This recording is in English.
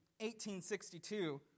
1862